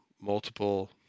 multiple